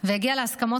דן אילוז, והגיעה להסכמות